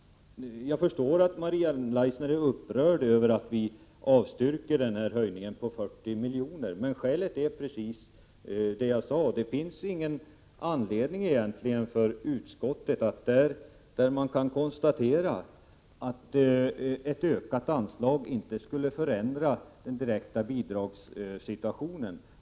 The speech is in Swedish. Jag förstår att Maria Leissner är upprörd över att vi har avstyrkt förslaget om en höjning på 40 milj.kr. Men skälet är precis det jag gav. Det finns ingen anledning för utskottet att gå med på detta i de fall där vi kan konstatera att ett ökat anslag inte skulle förändra den direkta bidragssituationen.